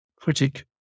Critic